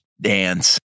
dance